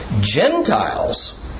Gentiles